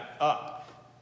up